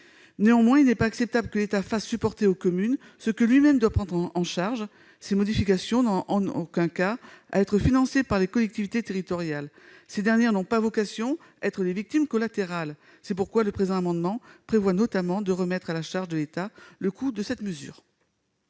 Néanmoins, il n'est pas acceptable que l'État fasse supporter par les communes ce que lui-même doit prendre en charge. Ces modifications n'ont en aucun cas à être financées par les collectivités territoriales : ces dernières n'ont pas vocation à être les victimes collatérales. C'est pourquoi le présent amendement prévoit, notamment, de remettre à la charge de l'État le coût de cette mesure.